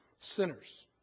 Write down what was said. sinners